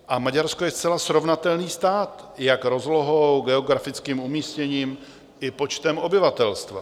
A Maďarsko je zcela srovnatelný stát jak rozlohou, geografickým umístěním i počtem obyvatelstva.